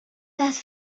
les